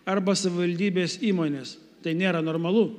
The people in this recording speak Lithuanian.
arba savivaldybės įmonės tai nėra normalu